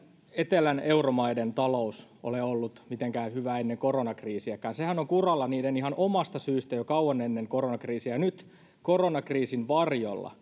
etelän euromaiden talous ole ollut mitenkään hyvä ennen koronakriisiäkään sehän on ollut kuralla ihan niiden omasta syystä jo kauan ennen koronakriisiä nyt koronakriisin varjolla